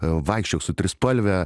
vaikščiok su trispalve